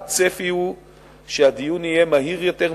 הצפי הוא שהדיון יהיה מהיר יותר,